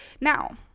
Now